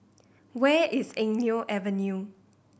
where is Eng Neo Avenue